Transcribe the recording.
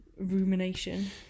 rumination